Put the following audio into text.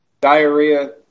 diarrhea